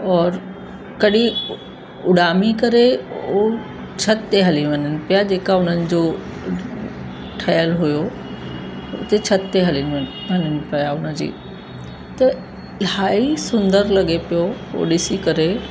और कॾहिं उॾामी करे उहो छत ते हली वञनि पिया जेका हुननि जो ठहियलु हुओ उते छत ते हली वन वञनि पिया उन जी त इलाही सुंदर लॻे पियो उहो ॾिसी करे